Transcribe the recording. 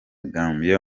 gambia